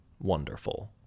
wonderful